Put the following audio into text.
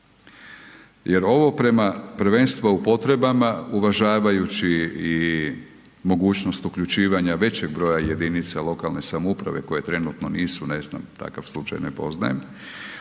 jer ovo prema prvenstva u potrebama uvažavajući i mogućnost uključivanja većeg broja jedinica lokalne samouprave koje trenutno nisu, ne znam takav slučaj ne poznajem,